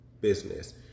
business